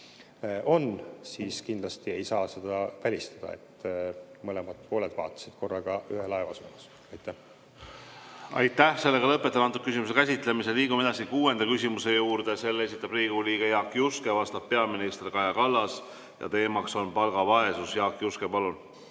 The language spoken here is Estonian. siis kindlasti ei saa välistada, et mõlemad pooled vaatasid korraga ühe laeva suunas. Aitäh! Lõpetan selle küsimuse käsitlemise. Liigume edasi kuuenda küsimuse juurde. Selle esitab Riigikogu liige Jaak Juske, vastab peaminister Kaja Kallas ja teema on palgavaesus. Jaak Juske, palun!